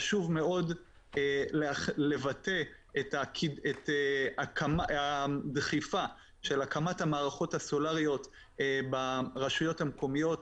חשוב מאוד לבטא את הדחיפה של הקמת המערכות הסולאריות ברשויות המקומיות.